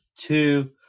two